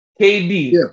KD